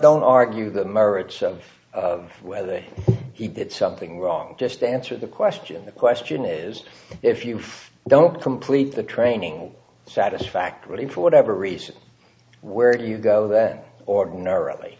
don't argue the merits of whether he did something wrong just answer the question the question is if you don't complete the training satisfactorily for whatever reason where do you go that ordinarily